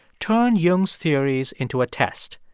turned jung's theories into a test.